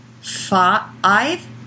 Five